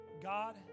God